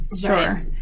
Sure